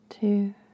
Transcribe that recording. two